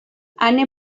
ane